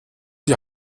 die